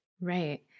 Right